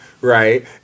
right